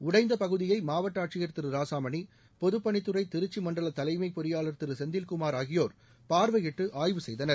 உடைந்த பகுதியை மாவட்ட ஆட்சியர் திரு ராசாமணி பொதுப்பணித் துறை திருச்சி மண்டல தலைமைப் பொறியாளர் திரு செந்தில்குமார் ஆகியோர் பார்வையிட்டு ஆய்வு செய்தனர்